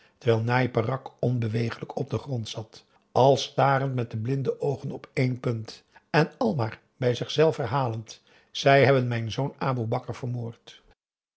terwijl njai peraq onbeweeglijk op den grond zat als starend met de blinde oogen op één punt en al maar bij zichzelf herhalend zij hebben mijn zoon aboe bakar vermoord